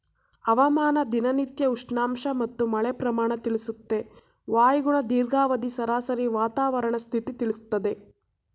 ಹವಾಮಾನ ದಿನನಿತ್ಯ ಉಷ್ಣಾಂಶ ಮತ್ತು ಮಳೆ ಪ್ರಮಾಣ ತಿಳಿಸುತ್ತೆ ವಾಯುಗುಣ ದೀರ್ಘಾವಧಿ ಸರಾಸರಿ ವಾತಾವರಣ ಸ್ಥಿತಿ ತಿಳಿಸ್ತದೆ